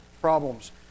problems